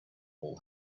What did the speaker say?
all